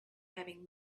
having